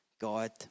God